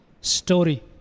story